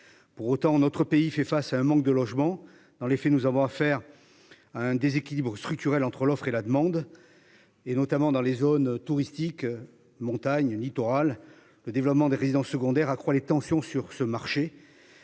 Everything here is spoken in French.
Pour autant, notre pays fait face à un manque de logements dans les faits, nous avons à faire à un déséquilibre structurel entre l'offre et la demande. Et notamment dans les zones touristiques montagne littoral le développement des résidences secondaires accroît les tensions sur ce marché.